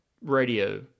radio